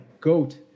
Goat